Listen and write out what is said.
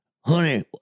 Honey